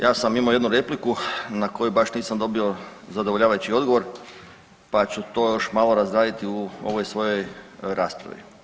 Ja sam imao jednu repliku na koju baš nisam dobio zadovoljavajući odgovor pa ću to još malo razraditi u ovoj svojoj raspravi.